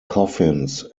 coffins